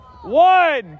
One